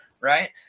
right